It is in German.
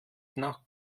nach